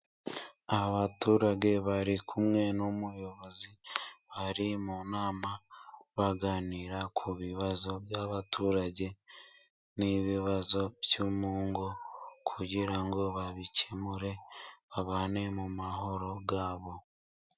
Abaturage bari kumwe n'umuyobozi , bari mu nama baganira ku bibazo by'abaturage n'ibibazo byo mu ngo , kugira ngo babikemure babane mu mahoro yabo.